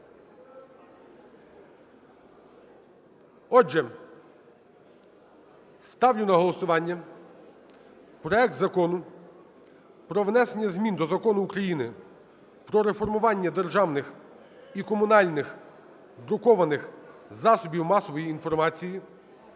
Отже, ставлю на голосування проект Закону про внесення змін до Закону України "Про реформування державних і комунальних друкованих засобів масової інформації"